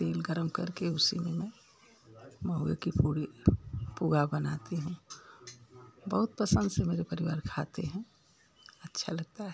तेल गर्म करके उसी में महुए कि पूड़ी पुआ बनाती हूँ बहुत पसंद से मेरे परिवार खाते हैं अच्छा लगता है